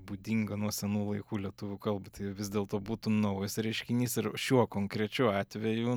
būdinga nuo senų laikų lietuvių kalbai tai vis dėlto būtų naujas reiškinys ir šiuo konkrečiu atveju